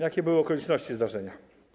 Jakie były okoliczności zdarzenia?